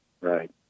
right